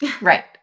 Right